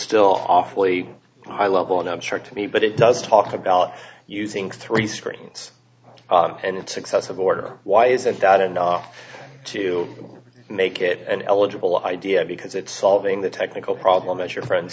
still awfully high level on a chart to me but it does talk about using three screens and it's successive order why isn't that enough to make it an eligible idea because it's solving the technical problem as your friend